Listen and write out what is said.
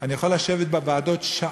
אני יכול לשבת שעות